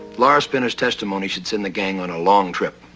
laura spinner's testimony should send the gang on a long trip.